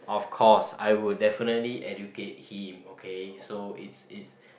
of course I will definitely educate him okay so it's it's